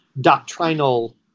doctrinal